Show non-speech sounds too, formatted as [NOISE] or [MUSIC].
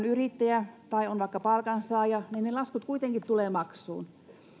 [UNINTELLIGIBLE] yrittäjä tai on palkansaaja ne ne laskut kuitenkin tulevat maksuun